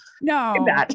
No